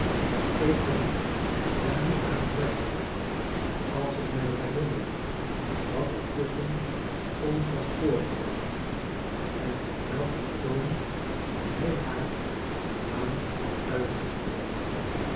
ik kon er niet aan twijfelen als ik mij herinnerde wat er tusschen ons was voorgevallen en op welk een toon hij haar naam had uitgesproken